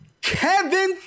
Kevin